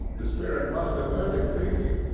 the spirit must have heard him thinking,